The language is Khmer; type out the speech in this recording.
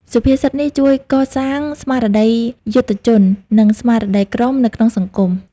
សុភាសិតនេះជួយកសាងស្មារតីយុទ្ធជន និងស្មារតីក្រុមនៅក្នុងសង្គម។